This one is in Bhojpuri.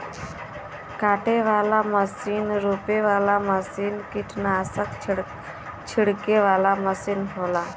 काटे वाला मसीन रोपे वाला मसीन कीट्नासक छिड़के वाला मसीन होला